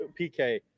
PK